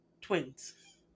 twins